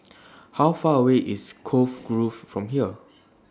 How Far away IS Cove Grove from here